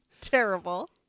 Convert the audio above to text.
Terrible